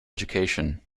education